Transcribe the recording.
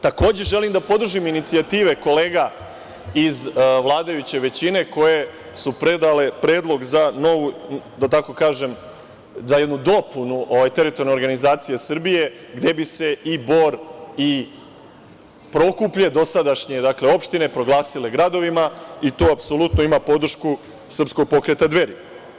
Takođe, želim da podržim inicijative kolega iz vladajuće većine koje su predale predlog za novu, da tako kažem, za jednu dopunu teritorijalne organizacije Srbije, gde bi se i Bor i Prokuplje, dosadašnje, dakle opštine proglasile gradovima i to apsolutno ima podršku Srpskog pokreta Dveri.